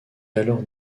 alors